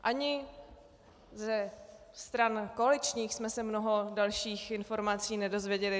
Ani ze stran koaličních jsme se mnoho dalších informací nedozvěděli.